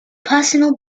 personal